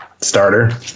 Starter